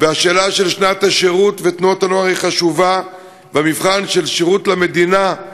והשאלה של שנת השירות ותנועות הנוער היא חשובה במבחן של שירות למדינה.